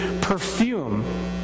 perfume